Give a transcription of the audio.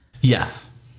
Yes